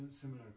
similar